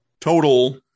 total